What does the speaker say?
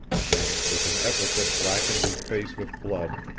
then, with an effort that blackened his face with blood,